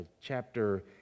chapter